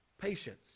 Patience